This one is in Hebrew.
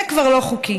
זה כבר לא חוקי.